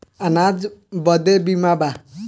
अनाज बदे बीमा बा